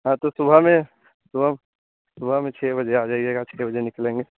हाँ तो सुबह में सुबह सुबह में छह बजे आ जाइएगा छह बजे निकलेंगे